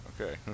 Okay